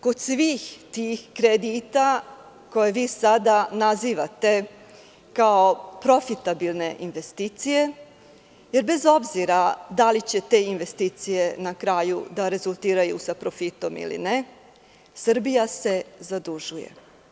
Kod svih tih kredita koje vi sada nazivate kao profitabilne investicije, jer bez obzira da li će te investicije na kraju da rezultiraju sa profitom ili ne, Srbija se zadužuje.